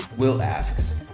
will asks,